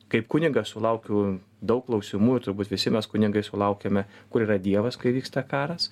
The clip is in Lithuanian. kaip kunigas sulaukiu daug klausimų ir turbūt visi mes kunigai sulaukiame kur yra dievas kai vyksta karas